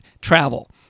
Travel